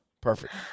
perfect